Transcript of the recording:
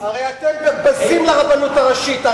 הרי אתם בזים לרבנות הראשית.